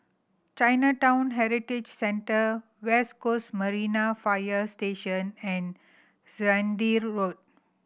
Chinatown Heritage Centre West Coast Marine Fire Station and Zehnder Road